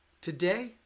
Today